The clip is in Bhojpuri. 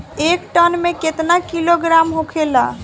एक टन मे केतना किलोग्राम होखेला?